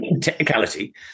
technicality